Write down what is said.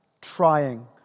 trying